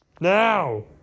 now